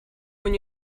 when